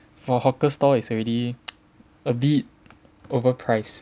for hawker stall is already a bit overpriced